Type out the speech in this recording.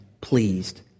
pleased